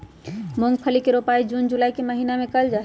मूंगफली के रोपाई जून जुलाई के महीना में कइल जाहई